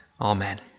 Amen